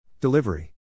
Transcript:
Delivery